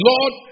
Lord